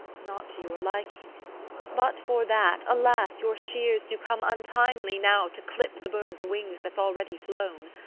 not to your liking but for that, alas, your shears do come untimely now to clip the bird's wings that s already flown!